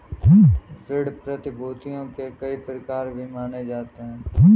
ऋण प्रतिभूती के कई प्रकार भी माने जाते रहे हैं